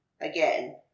again